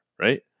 right